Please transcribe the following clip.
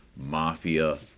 Mafia